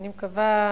אני מקווה,